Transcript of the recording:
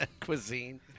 Cuisine